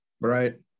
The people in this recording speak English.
Right